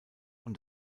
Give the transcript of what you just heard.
und